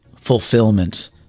fulfillment